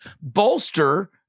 bolster